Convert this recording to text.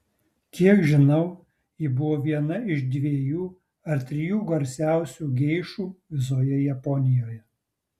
kiek žinau ji buvo viena iš dviejų ar trijų garsiausių geišų visoje japonijoje